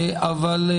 עליה,